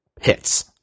hits